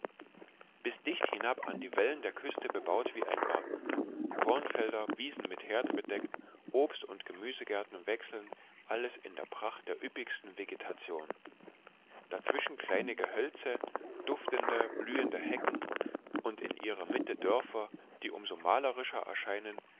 bis dicht hinab an die wellen der küste bebaut wie ein garten kornfelder wiesen mit herden bedeckt obst und gemüsegärten wechseln alles in der pracht der üppigsten vegetation dazwischen kleine gehölze duftende blühende hecken und in ihrer mitte dörfer die umso malerischer erscheinen